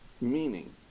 meaning